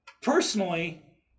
Personally